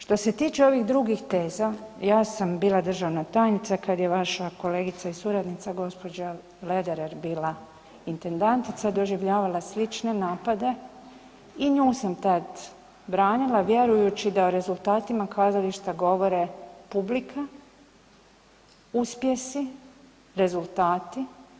Što se tiče ovih drugih teza, ja sam bila državna tajnica kad je vaša kolegica i suradnica gđa. Lederer bila intendantica, doživljavala slične napade i nju sam tad branila vjerujući da o rezultatima kazališta govore publika, uspjesi, rezultati.